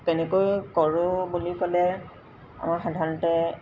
তেনেকৈ কৰোঁ বুলি ক'লে আমাৰ সাধাৰণতে